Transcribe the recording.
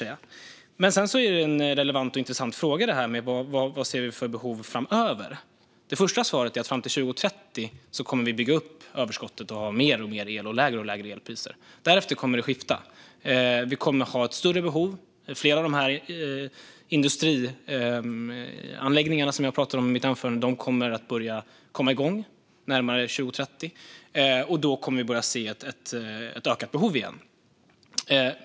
Vilka behov vi ser framöver är en relevant och intressant fråga. Fram till 2030 kommer vi att bygga upp överskottet och ha alltmer el och allt lägre elpriser. Därefter kommer det att skifta. Vi kommer att ha ett större behov. Flera av de industrianläggningar som jag pratade om i mitt anförande kommer att börja komma igång närmare 2030, och då kommer vi att börja se ett ökat behov igen.